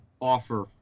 offer